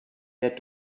der